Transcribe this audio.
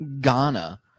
Ghana